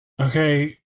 Okay